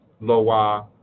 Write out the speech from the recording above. Loa